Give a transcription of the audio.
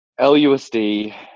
LUSD